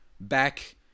back